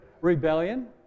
rebellion